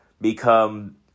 become